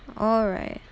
alright